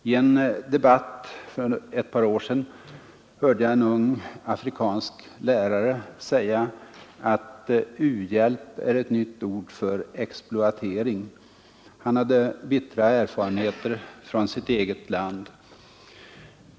I en debatt för ett par år sedan hörde jag en ung afrikansk lärare säga att ”u-hjälp är ett nytt ord för exploatering”. Han hade bittra erfarenheter från sitt eget land.